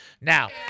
now